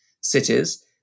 cities